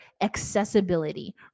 accessibility